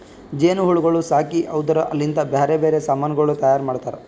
ಜೇನು ಹುಳಗೊಳ್ ಸಾಕಿ ಅವುದುರ್ ಲಿಂತ್ ಬ್ಯಾರೆ ಬ್ಯಾರೆ ಸಮಾನಗೊಳ್ ತೈಯಾರ್ ಮಾಡ್ತಾರ